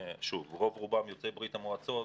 שרוב רובם יוצאי ברית המועצות,